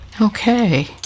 Okay